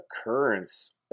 occurrence